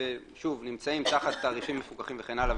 נמצאים תחת תעריפים מפוקחים וכן הלאה,